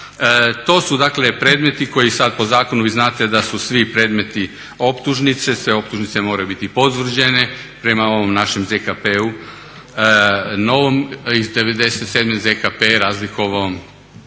To su dakle predmeti koji sad po zakonu vi znate da su svi predmeti optužnice, sve optužnice moraju biti potvrđene prema ovom našem ZKP-u novom, iz '97. ZKP je razlikovao